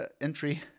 entry